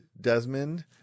Desmond